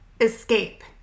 escape